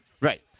Right